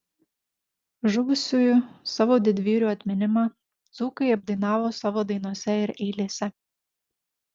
žuvusiųjų savo didvyrių atminimą dzūkai apdainavo savo dainose ir eilėse